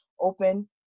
open